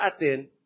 atin